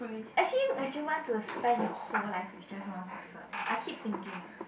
actually would you want to spend your whole life with just one person I keep thinking ah